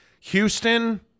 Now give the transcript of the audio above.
Houston